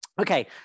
okay